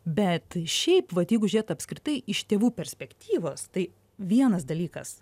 bet šiaip vat jeigu žėt apskritai iš tėvų perspektyvos tai vienas dalykas